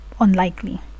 unlikely